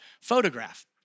photograph